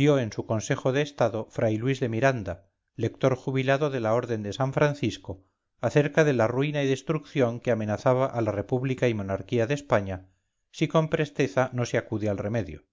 dio en su consejo de estado fray luis de miranda lector jubilado de la orden de san francisco acerca de la ruyna y destrucción que amenazaba a la república y monarquía de españa si con presteza no se acude al remedio